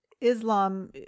Islam